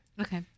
Okay